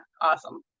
awesome